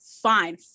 fine